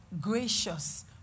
gracious